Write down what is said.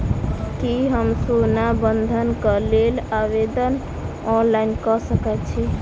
की हम सोना बंधन कऽ लेल आवेदन ऑनलाइन कऽ सकै छी?